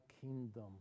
kingdom